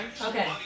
Okay